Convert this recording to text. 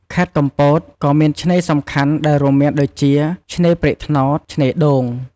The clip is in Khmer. ខេត្តកំពតក៏មានឆ្នេរសំខាន់ដែលរួមមានដូចជា ឆ្នេរព្រែកត្នោត ឆ្នេរដូង។